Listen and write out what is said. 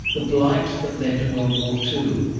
the blight that led to world war two.